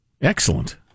Excellent